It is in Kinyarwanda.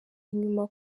inyuma